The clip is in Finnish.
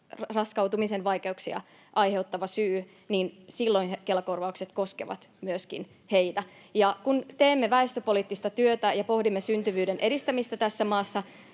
raskautumisen vaikeuksia aiheuttava syy, niin silloin Kela-korvaukset koskevat myöskin heitä. Kun teemme väestöpoliittista työtä ja pohdimme syntyvyyden edistämistä tässä maassa,